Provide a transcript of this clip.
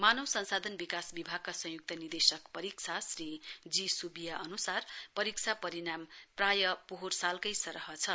मानव संसाधन विकास विभाग संयुक्त निर्देशक परीक्षा श्री जी सुविया अनुसार परीक्षा परिणाम प्राय पोहोर सालकै सरह छष